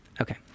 Okay